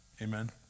Amen